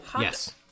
Yes